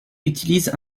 utilise